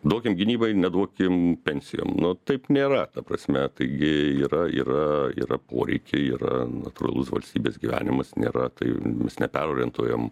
duokim gynybai neduokim pensijom nu taip nėra ta prasme taigi yra yra yra poreikiai yra natūralus valstybės gyvenimas nėra tai mes neperorientuojam